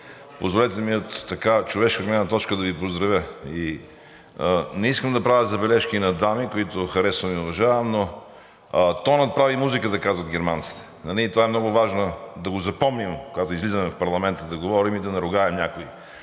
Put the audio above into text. позволете ми от човешка гледна точка да Ви поздравя. Не искам да правя забележки на дами, които харесвам и уважавам, но тонът прави музиката, казват германците. Това е много важно да го запомним, когато излизаме в парламента да говорим и да наругаем някой